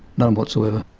none whatsoever.